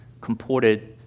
comported